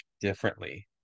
differently